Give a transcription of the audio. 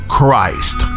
Christ